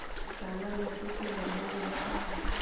काला माटी के बारे में बताई?